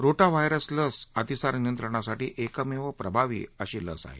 रोटा virus लस अतिसार नियंत्रणासाठी एकमेव प्रभावी अशी लस आहे